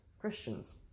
Christians